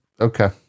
okay